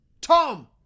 Tom